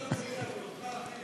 מצבנו יציב.